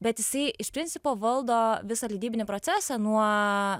bet jisai iš principo valdo visą leidybinį procesą nuo